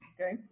Okay